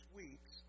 weeks